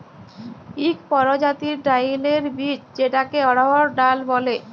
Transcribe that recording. ইক পরজাতির ডাইলের বীজ যেটাকে অড়হর ডাল ব্যলে